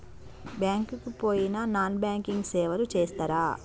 Bank కి పోయిన non banking సేవలు చేస్తరా?